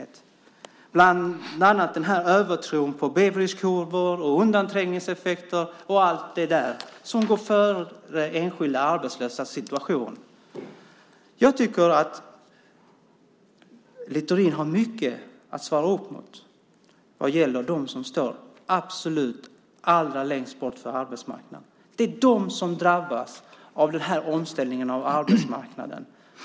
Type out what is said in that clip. Det gäller bland annat den här övertron på Beveridgekurvor, undanträngningseffekter och allt det som går före enskilda arbetslösas situation. Jag tycker att Littorin har mycket att svara upp mot vad gäller dem som står absolut allra längst bort från arbetsmarknaden. Det är de som drabbas av den här omställningen av arbetsmarknaden.